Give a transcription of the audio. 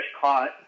caught